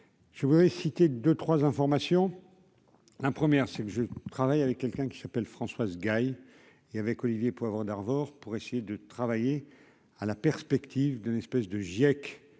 Je voudrais citer deux 3 informations hein première, c'est que je travaille avec quelqu'un qui s'appelle Françoise Gaill et avec Olivier Poivre d'Arvor pour essayer de travailler à la perspective d'une espèce de GIEC